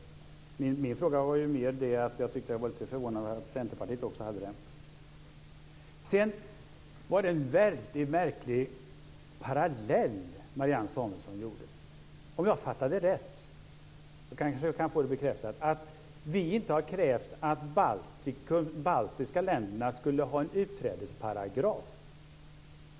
Det handlade mer om att jag var förvånad över att Centerpartiet hade samma uppfattning. Sedan var det en väldigt märklig parallell som Marianne Samuelsson drog, om jag uppfattade henne rätt - jag kanske kan få det bekräftat - att vi inte har krävt att de baltiska länderna skulle ha en utträdesparagraf.